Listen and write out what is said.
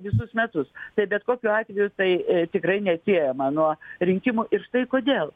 visus metus tai bet kokiu atveju tai tikrai neatsiejama nuo rinkimų ir štai kodėl